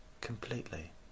completely